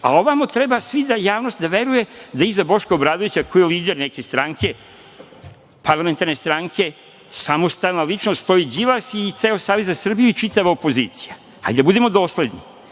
a ovamo treba javnost da veruje da iza Boška Obradovića koji je lider neke stranke, parlamentarne stranke, samostalna ličnost stoji Đilas i ceo Savez za Srbiju i čitava opozicija. Hajde da budemo dosledni.